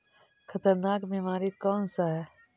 खतरनाक बीमारी कौन सा है?